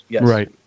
Right